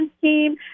team